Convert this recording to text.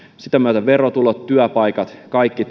sitä myötä verotulot työpaikat kaikki